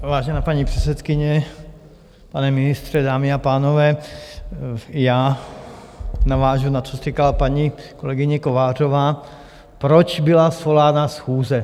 Vážená paní předsedkyně, pane ministře, dámy a pánové, i já navážu na to, co říkala paní kolegyně Kovářová, proč byla svolána tato schůze.